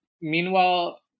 Meanwhile